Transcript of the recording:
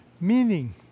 Meaning